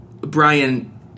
Brian